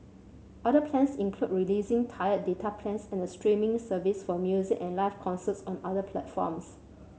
other plans include releasing tiered data plans and a streaming service for music and live concerts on other platforms